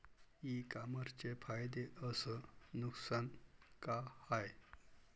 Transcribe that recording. इ कामर्सचे फायदे अस नुकसान का हाये